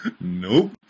Nope